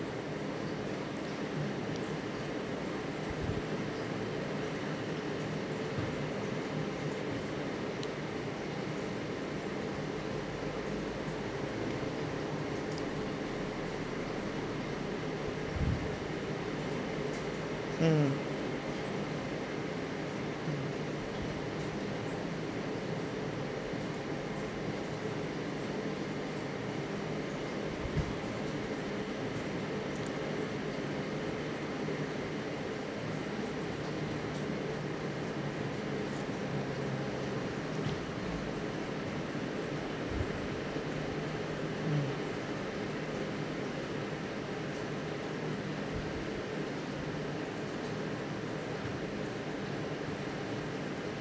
mm mm